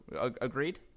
Agreed